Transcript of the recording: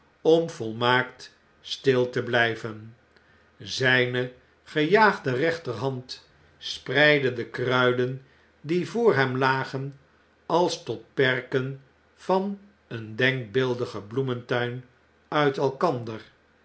om volmaakt stil te blgven zyne gejaagde rechterhand spreidde de kruiden die voor hem lagen als tot perken van een denkbeeldigen bloemtuin uit elkander